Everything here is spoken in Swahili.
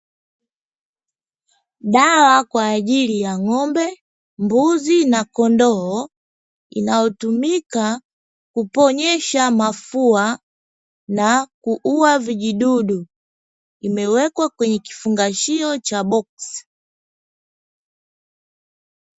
Dawa kwa ajili ya ng`ombe, mbuzi na kondoo inayotumika kuponyesha mafua na kuua vijidudu imewekwa kwenye kifungashio cha boksi.